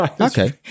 Okay